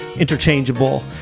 Interchangeable